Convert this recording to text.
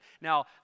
Now